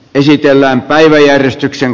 esitellään implementoitu